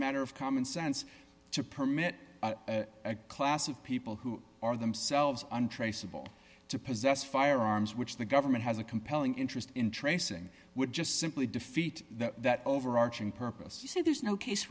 matter of common sense to permit a class of people who are themselves untraceable to possess firearms which the government has a compelling interest in tracing would just simply defeat that overarching purpose you see there's no case